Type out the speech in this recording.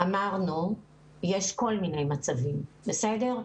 אמרנו שיש כל מיני מצבים בסדר?